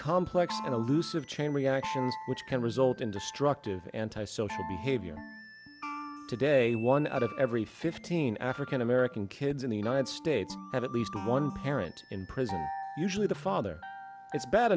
complex and elusive chain reactions which can result in destructive anti social behavior today one out of every fifteen african american kids in the united states have at least one parent in prison usually the father it's bad